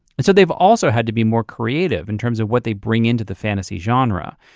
and so they've also had to be more creative in terms of what they bring into the fantasy genre.